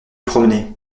promener